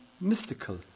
mystical